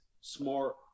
smart